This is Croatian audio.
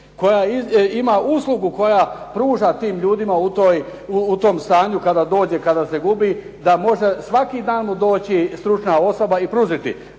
koja ima uslugu, koja pruža tim ljudima u tom stanu kada se dođe, da može svaki dan mu doći stručna osoba i pružiti.